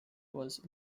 was